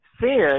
sin